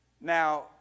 Now